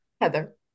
Heather